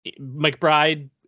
McBride